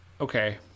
Okay